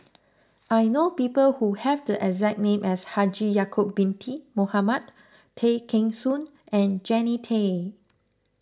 I know people who have the exact name as Haji Ya'Acob Binty Mohamed Tay Kheng Soon and Jannie Tay